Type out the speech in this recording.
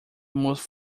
most